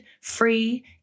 free